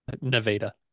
Nevada